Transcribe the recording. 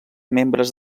membres